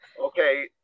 Okay